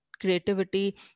creativity